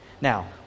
Now